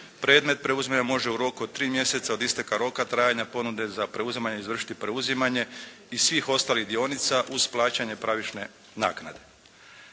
predmet preuzimanja može u roku od tri mjeseca od isteka roka trajanja ponude za preuzimanje izvršiti preuzimanje i svih ostalih dionica uz plaćanje pravične naknade.